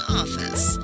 office